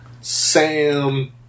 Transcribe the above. Sam